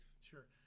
sure